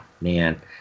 man